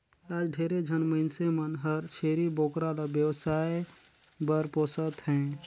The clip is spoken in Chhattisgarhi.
आयज ढेरे झन मइनसे मन हर छेरी बोकरा ल बेवसाय बर पोसत हें